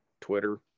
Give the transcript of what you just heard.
Twitter